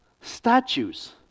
statues